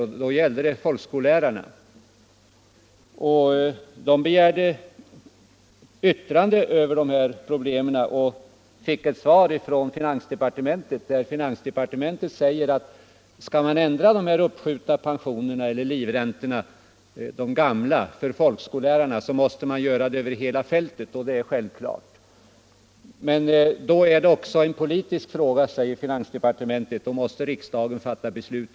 Den gången gällde det folkskollärarna, som begärde ett yttrande över dessa problem. Jag fick ett svar från finansdepartementet där det sades att om man skulle ändra på de gamla livräntorna så måste man — och det är självklart — göra det över hela fältet. Men då blir det en politisk fråga, svarade finansdepartementet, och då måste riksdagen fatta beslut.